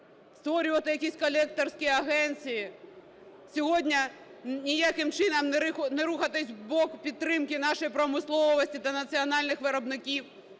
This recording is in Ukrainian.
створювати якісь колекторські агенції, сьогодні ніяким чином не рухатися в бік підтримки нашої промисловості та національних виробників.